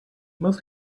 most